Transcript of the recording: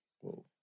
Whoa